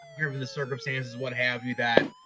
hearing from the circumstances what have you, that